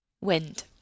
Wind